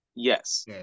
Yes